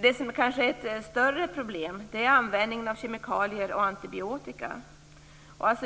Det som kanske är ett större problem är användningen av kemikalier och antibiotika.